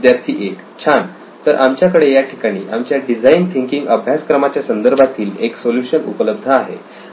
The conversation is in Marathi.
विद्यार्थी 1 छान तर आमच्याकडे या ठिकाणी आमच्या डिझाईन थिंकींग अभ्यासक्रमाच्या संदर्भातील एक सोल्युशन उपलब्ध आहे